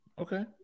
Okay